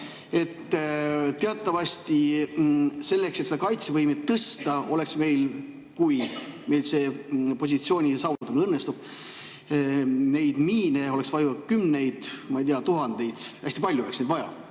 Teatavasti selleks, et kaitsevõimet tõsta, oleks meil, kui selle positsiooni saavutamine õnnestub, neid miine vaja kümneid tuhandeid. Hästi palju oleks neid vaja.